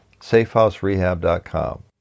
safehouserehab.com